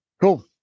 Cool